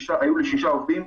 שישה עובדים,